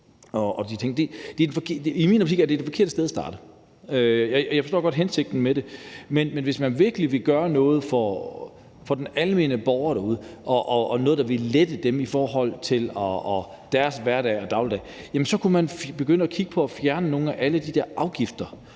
I min optik er det det forkerte sted at starte. Jeg forstår godt hensigten med det, men hvis man virkelig vil gøre noget for den almene borger derude og noget, der vil lette dem i forhold til deres hverdag og dagligdag, så kunne man begynde at kigge på at fjerne nogle af alle de der afgifter,